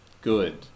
good